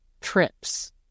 trips